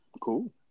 Cool